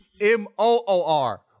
m-o-o-r